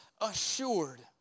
assured